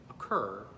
occur